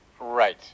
Right